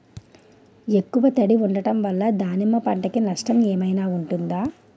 ఎక్కువ తడి ఉండడం వల్ల దానిమ్మ పంట కి నష్టం ఏమైనా ఉంటుందా?